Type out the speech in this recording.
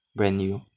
brand new